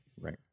right